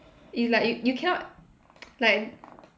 is like y~ you cannot like